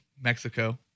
Mexico